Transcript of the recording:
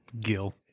Gil